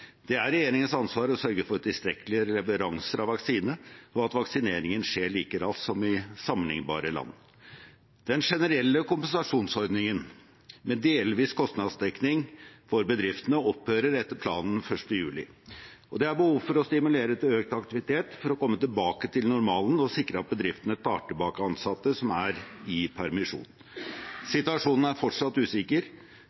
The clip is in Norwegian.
Det er regjeringens ansvar å sørge for tilstrekkelige leveranser av vaksine, og at vaksineringen skjer like raskt som i sammenlignbare land. Den generelle kompensasjonsordningen, med delvis kostnadsdekning for bedriftene, opphører etter planen 1. juli. Det er behov for å stimulere til økt aktivitet for å komme tilbake til normalen og sikre at bedriftene tar tilbake ansatte som er i permisjon.